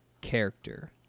character